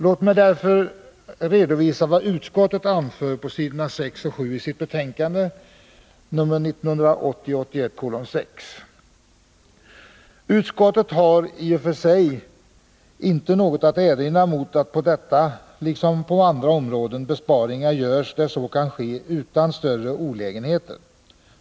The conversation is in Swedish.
Låt mig därför redovisa vad utskottet anför på s. 6-7 i sitt betänkande TU 1980/81:6: ”Utskottet har i och för sig inte något att erinra mot att — på detta liksom på andra områden — besparingar görs där så kan ske utan större olägenheter.